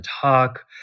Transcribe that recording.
talk